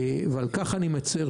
על כך אני מצר,